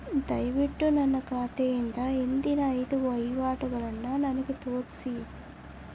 ದಯವಿಟ್ಟು ನನ್ನ ಖಾತೆಯಿಂದ ಹಿಂದಿನ ಐದು ವಹಿವಾಟುಗಳನ್ನು ನನಗೆ ತೋರಿಸಿ